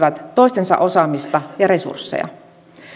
toistensa osaamista ja resursseja